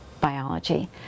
biology